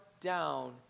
down